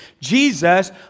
Jesus